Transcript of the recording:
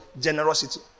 generosity